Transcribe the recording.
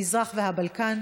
המזרח והבלקן),